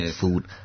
food